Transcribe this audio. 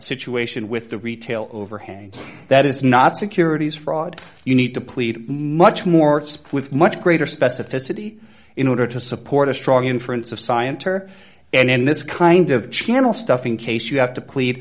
situation with the retail overhang that is not securities fraud you need to plead much more with much greater specificity in order to support a strong inference of scienter and this kind of channel stuff in case you have to plead